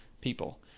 people